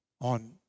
on